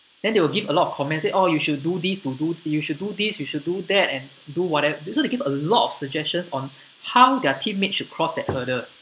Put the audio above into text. then they will give a lot of comments said oh you should do this to do you should do this you should do that and do whatev~ so they give a lot of suggestions on how their teammates should cross that hurdle